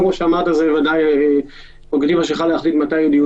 ובעיניי זה אכן לא הגיוני.